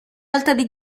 altri